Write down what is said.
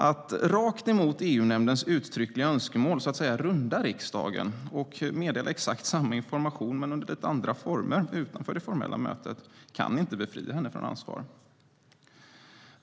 Att hon rakt emot EU-nämndens uttryckliga önskemål så att säga rundar riksdagen och meddelar exakt samma information men under lite andra former utanför det formella mötet kan inte befria henne från ansvar.